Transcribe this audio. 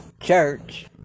Church